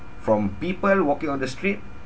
from people walking on the street